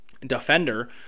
defender